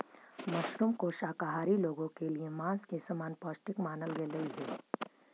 mushroom को शाकाहारी लोगों के लिए मांस के समान पौष्टिक मानल गेलई हे